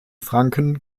franken